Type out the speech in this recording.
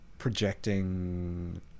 projecting